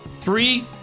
Three